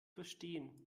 verstehen